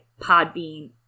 Podbean